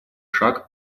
шаг